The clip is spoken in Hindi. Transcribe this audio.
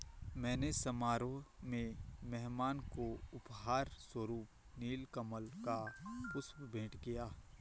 मैंने समारोह में मेहमान को उपहार स्वरुप नील कमल का पुष्प भेंट किया